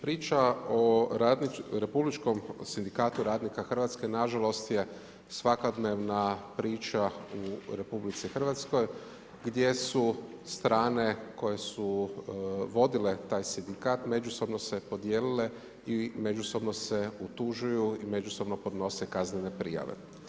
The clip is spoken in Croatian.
Priča o Republičkom sindikatu radnika Hrvatske nažalost je svakodnevna priča u RH gdje su strane koje su vodile taj sindikat međusobno se podijelile i međusobno se utužuju i međusobno podnose kaznene prijave.